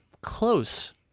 close